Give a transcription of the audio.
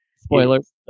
spoilers